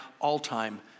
all-time